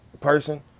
person